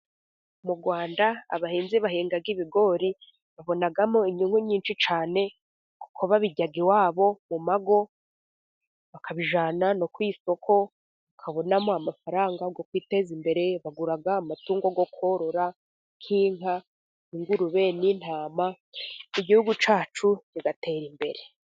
Mu Rwanda abahinzi bahinga ibigori babonamo inyungu nyinshi cyane, kuko babirya iwabo mu mago, bakabijyana no kwi isoko, bakabonamo amafaranga yo kwiteza imbere bagura amatungo yo korora nk'inka, ingurube n'intama, igihugu cyacu bigatera imbere.